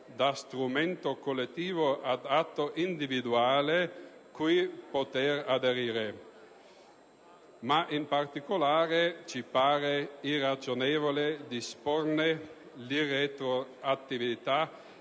da strumento collettivo ad atto individuale cui poter aderire. Ma, in particolare, ci pare irragionevole disporne l'irretroattività